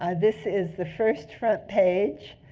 ah this is the first front page.